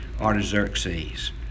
Artaxerxes